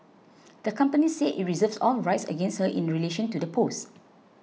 the company said it reserves all rights against her in relation to the post